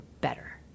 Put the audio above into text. better